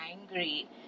angry